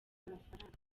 amafaranga